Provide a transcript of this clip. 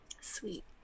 Sweet